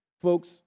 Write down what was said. Folks